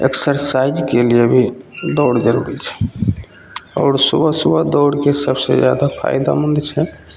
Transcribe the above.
एक्सरसाइजके लिए भी दौड़ जरूरी छै आओर सुबह सुबह दौड़के सबसे जादा फायदामन्द छै